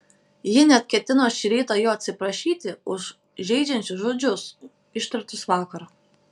ji net ketino šį rytą jo atsiprašyti už žeidžiančius žodžius ištartus vakar